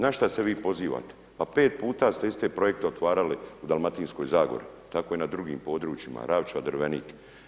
Na šta se vi pozivate, a 5 puta ste iste projekte otvarali u Dalmatinskoj Zagori, tako i na drugim područjima, Ravče, Drvenik.